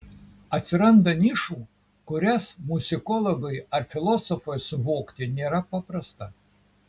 atsiranda nišų kurias muzikologui ar filosofui suvokti nėra paprasta